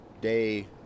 day